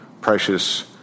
precious